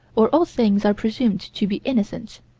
or all things are presumed to be innocent,